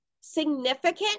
significant